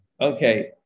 Okay